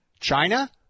China